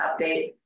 update